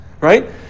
Right